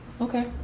okay